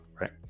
right